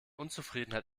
unzufriedenheit